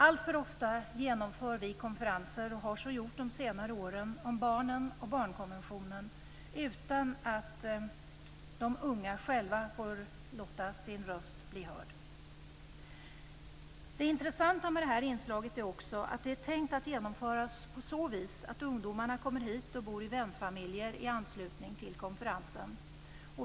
Alltför ofta genomför vi konferenser, och har så gjort under de senare åren, om barnen och barnkonventionen utan att de unga själva får låta sin röst bli hörd. Det intressanta med det här inslaget är också att det är tänkt att genomföras på så vis att ungdomarna kommer hit och bor i vänfamiljer i anslutning till konferensen.